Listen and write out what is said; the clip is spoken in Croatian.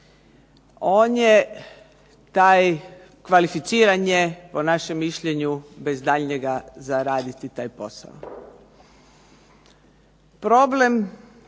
On je taj, kvalificiran je, po našem mišljenju bez daljnjega, za raditi taj posao. Problem